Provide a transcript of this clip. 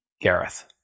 Gareth